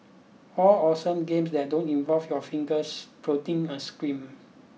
all awesome games that don't involve your fingers prodding a screen